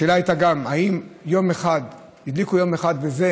השאלה הייתה גם אם הדליקו יום אחד וזה